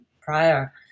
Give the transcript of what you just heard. prior